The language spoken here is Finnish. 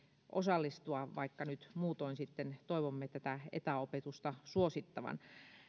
osallistua vaikka nyt muutoin sitten toivomme tätä etäopetusta suosittavan